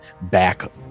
back